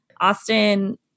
Austin